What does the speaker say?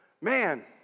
Man